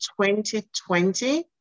2020